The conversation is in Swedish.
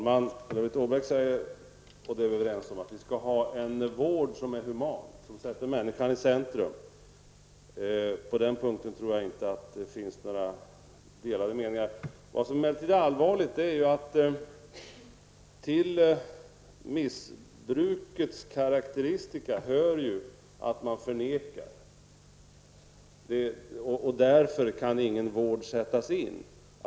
Herr talman! Ulla-Britt Åbark säger att vi skall ha en vård som är human, som sätter människan i centrum. På den punkten tror jag inte att det finns några delade meningar. Vad som emellertid är allvarligt är ju att till missbrukets karaktäristika hör att man förnekar. Därför kan ingen vård sättas in.